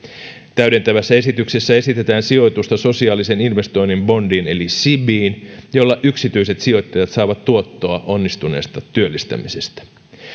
täydentävässä esityksessä esitetään sijoitusta sosiaalisen investoinnin bondiin eli sibiin jolla yksityiset sijoittajat saavat tuottoa onnistuneesta työllistämisestä